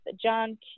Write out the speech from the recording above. John